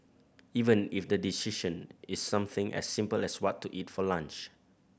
even if the decision is something as simple as what to eat for lunch